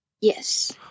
Yes